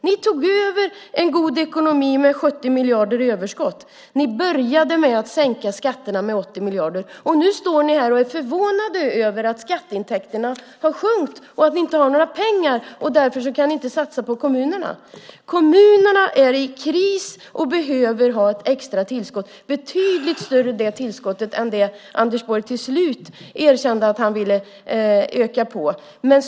Ni tog över en god ekonomi med 70 miljarder i överskott och började med att sänka skatterna med 80 miljarder. Nu är ni förvånade över att skatteintäkterna har sjunkit och att ni inte har några pengar att satsa på kommunerna. Kommunerna är i kris och behöver ett extra tillskott, betydligt större än det tillskott som Anders Borg till slut gav.